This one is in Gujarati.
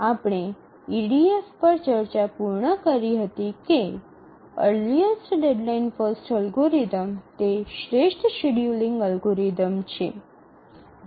આપણે ઇડીએફ પર ચર્ચા પૂર્ણ કરી હતી કે અર્લીઅસ્ટ ડેડલાઇન ફર્સ્ટ અલ્ગોરિધમ તે શ્રેષ્ઠ શેડ્યૂલિંગ અલ્ગોરિધમ છે